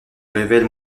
révèle